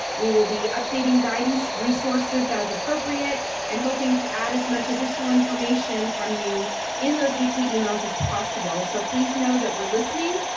we will be updating guidance resources as appropriate and hoping to add as much additional information from you in those weekly emails as possible so please know that we're listening.